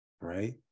Right